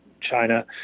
China